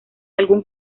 algún